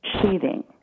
cheating